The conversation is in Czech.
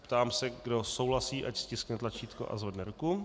Ptám se, kdo souhlasí, ať stiskne tlačítko a zvedne ruku.